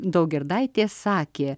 daugirdaitė sakė